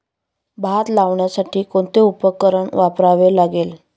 भात लावण्यासाठी कोणते उपकरण वापरावे लागेल?